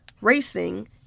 racing